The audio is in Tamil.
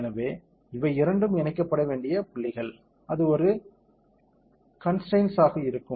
எனவே இவை இரண்டும் இணைக்கப்பட வேண்டிய புள்ளிகள் அது ஒரு கன்ஸ்டரைன்ஸ் ஆக இருக்கும்